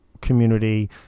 community